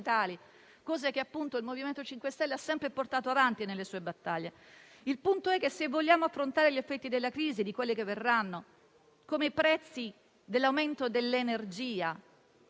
che il MoVimento 5 Stelle ha sempre portato avanti nelle sue battaglie. Il punto è che, se vogliamo affrontare gli effetti di questa crisi e di quelle che verranno, come l'aumento dei prezzi dell'energia,